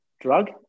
drug